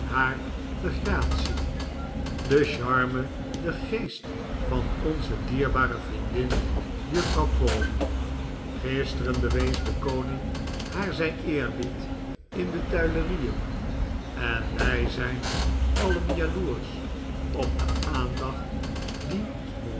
de gratie de charme den geest van onze dierbare vriendin juffrouw crawley gisteren bewees de koning haar zijn eerbied in de tuilerieen en wij zijn alien jaloersch op de aandacht